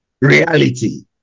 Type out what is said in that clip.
reality